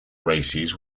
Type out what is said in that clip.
races